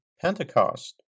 Pentecost